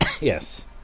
Yes